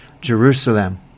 Jerusalem